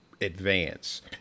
advance